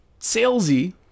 salesy